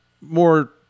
more